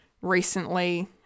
recently